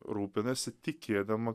rūpinasi tikėdama